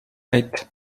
eight